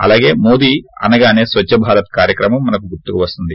అలాగే మోది అనగానే స్వచ్చ భారత్ కార్యక్రమం గుర్తుకు వస్తుంది